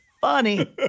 funny